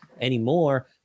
anymore